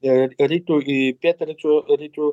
ir rytų ir pietryčių rytų